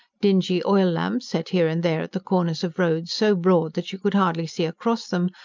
dingy oil-lamps, set here and there at the corners of roads so broad that you could hardly see across them,